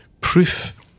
proof